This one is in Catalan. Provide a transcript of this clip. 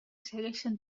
segueixen